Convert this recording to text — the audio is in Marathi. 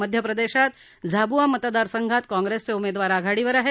मध्य प्रदेशात झाबुवा मतदारसंघात काँप्रेसचे उमेदवार आघाडीवर आहेत